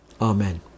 Amen